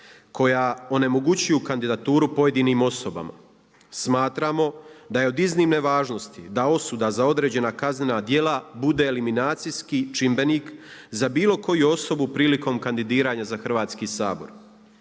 koja onemogućuju kandidaturu pojedinim osobama, smatramo da je od iznimne važnosti da osuda za određena kaznena djela bude eliminacijski čimbenik za bilo koju osobu prilikom kandidiranja za Hrvatski sabor.